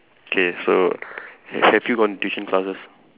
K so have have you gone tuition classes